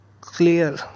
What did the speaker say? clear